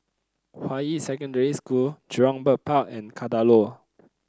Hua Yi Secondary School Jurong Bird Park and Kadaloor